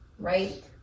Right